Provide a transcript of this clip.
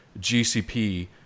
GCP